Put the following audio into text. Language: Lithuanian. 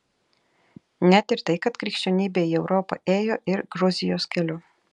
net ir tai kad krikščionybė į europą ėjo ir gruzijos keliu